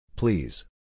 Please